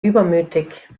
übermütig